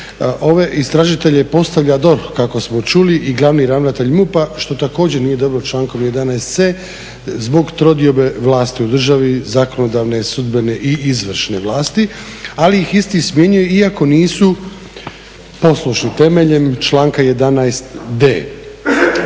Ove istražitelje postavlja DORH kako smo čuli i glavni ravnatelj MUP-a što također nije dobro, člankom 11c, zbog trodiobe vlasti u državni, zakonodavne, sudbene i izvršne vlasti, ali ih isti smjenjuje iako nisu … temeljem članka 11d.